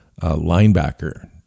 linebacker